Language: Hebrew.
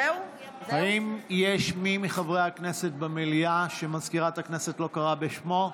האם יש מי מחברי הכנסת במליאה שמזכירת הכנסת לא קראה בשמו?